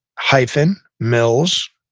hyphen, mills,